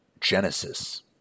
Genesis